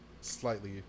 slightly